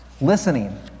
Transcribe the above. Listening